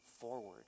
forward